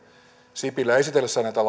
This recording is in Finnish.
sipilä esitellessään näitä